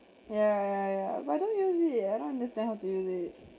ya ya but I don't use it I don't understand how to use it